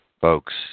folks